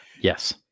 yes